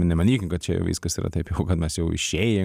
nemanykim kad čia jau viskas yra taip jau kad mes jau išėję